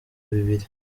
bibiri